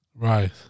Right